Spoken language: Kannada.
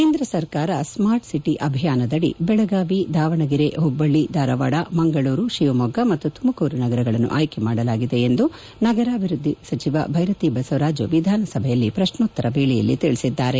ಕೇಂದ್ರ ಸರ್ಕಾರ ಸ್ಮಾರ್ಟ್ ಸಿಟಿ ಅಭಿಯಾನದಡಿ ಬೆಳಗಾವಿ ದಾವಣಗೆರೆ ಹುಬ್ಬಳ್ಳಿ ಧಾರವಾಡ ಮಂಗಳೂರು ಶಿವಮೊಗ್ಗ ಮತ್ತು ತುಮಕೂರು ನಗರಗಳನ್ನು ಆಯ್ಕೆ ಮಾಡಲಾಗಿದೆ ಎಂದು ನಗರಾಭಿವೃದ್ಧಿ ಸಚಿವ ಬೈರತಿ ಬಸವರಾಜ ವಿಧಾನಸಭೆಯಲ್ಲಿ ಪ್ರಶ್ನೋತ್ತರ ವೇಳೆಯಲ್ಲಿ ತಿಳಿಸಿದ್ದಾರೆ